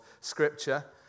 scripture